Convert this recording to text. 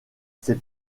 ses